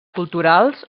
culturals